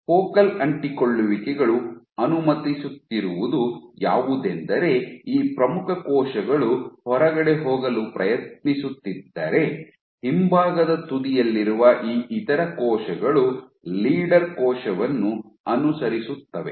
focal ಅಂಟಿಕೊಳ್ಳುವಿಕೆಗಳು ಅನುಮತಿಸುತ್ತಿರುವುದು ಯಾವುದೆಂದರೆ ಈ ಪ್ರಮುಖ ಕೋಶಗಳು ಹೊರಗಡೆ ಹೋಗಲು ಪ್ರಯತ್ನಿಸುತ್ತಿದ್ದರೆ ಹಿಂಭಾಗದ ತುದಿಯಲ್ಲಿರುವ ಈ ಇತರ ಕೋಶಗಳು ಲೀಡರ್ ಕೋಶವನ್ನು ಅನುಸರಿಸುತ್ತಿರುತ್ತವೆ